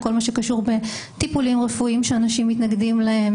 כל מה שקשור בטיפולים רפואיים שאנשים מתנגדים להם.